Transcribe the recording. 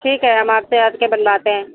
ठीक है हम आपसे के बनवाते हैं